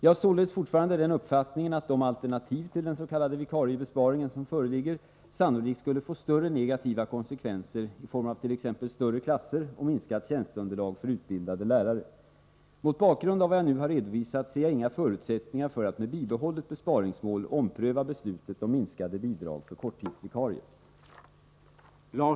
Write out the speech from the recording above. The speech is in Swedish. Jag har således fortfarande den uppfattningen att de alternativ till den s.k. vikariebesparingen som föreligger sannolikt skulle få större negativa konsekvenser i form av t.ex. större klasser och minskat tjänsteunderlag för utbildade lärare. Mot bakgrund av vad jag nu har redovisat ser jag inga förutsättningar för att med bibehållet besparingsmål ompröva beslutet om minskade bidrag för korttidsvikarier.